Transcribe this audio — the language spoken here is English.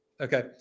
Okay